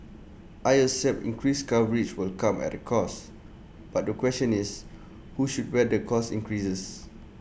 I accept increased coverage will come at A cost but the question is who should bear the cost increases